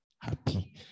happy